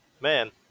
man